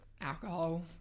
alcohol